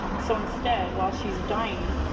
so instead, while she's dying,